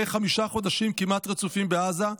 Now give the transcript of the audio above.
אחרי חמישה חודשים כמעט רצופים בעזה,